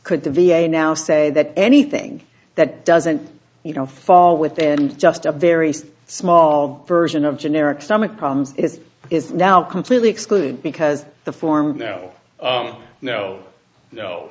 could the v a now say that anything that doesn't you know fall within just a very small version of generic stomach problems is is now completely excluded because the form of no no no